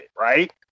right